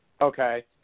Okay